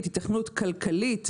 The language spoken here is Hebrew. אם יש ז'אנר שאין לו שום היתכנות כלכלית,